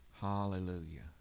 hallelujah